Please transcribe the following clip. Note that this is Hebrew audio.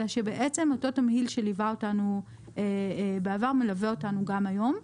אלא שאותו תמהיל שליווה אותנו בעבר בעצם מלווה אותנו גם היום,